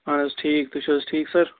اَہن حظ ٹھیٖک تُہۍ چھُو حظ ٹھیٖک سَر